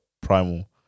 Primal